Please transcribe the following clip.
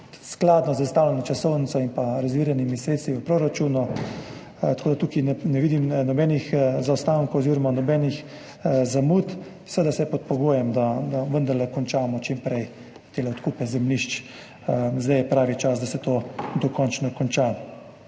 skladno z zastavljeno časovnico in rezerviranimi sredstvi v proračunu, tako da tukaj ne vidim nobenih zaostankov oziroma nobenih zamud, seveda vse pod pogojem, da vendarle čim prej končamo te odkupe zemljišč. Zdaj je pravi čas, da se to dokonča.